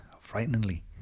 frighteningly